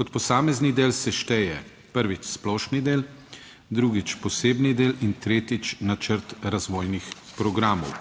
Kot posamezni del se šteje: prvič, splošni del, drugič, posebni del in tretjič, načrt razvojnih programov.